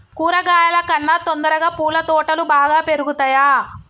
కూరగాయల కన్నా తొందరగా పూల తోటలు బాగా పెరుగుతయా?